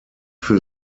für